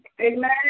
Amen